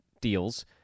deals